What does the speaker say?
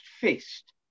fist